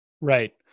Right